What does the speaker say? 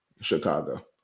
Chicago